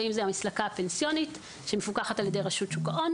ואם זו המסלקה הפנסיונית שמפוקחת על ידי רשות שוק ההון